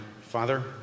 father